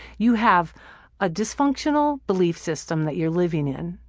you have a dysfunctional belief system that you're living in,